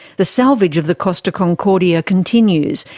the salvage of the costa concordia continues,